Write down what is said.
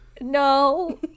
No